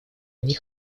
они